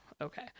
Okay